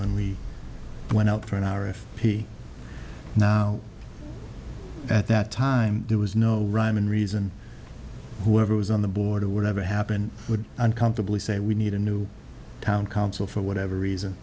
when we went out for an hour if he now at that time there was no rhyme and reason whoever was on the board of whatever happened would uncomfortably say we need a new town council for whatever reason